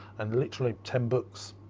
and literally, ten books,